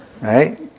Right